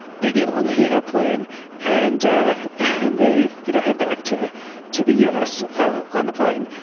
they get on the airplane and and they you know head back to to the us ah on the plane.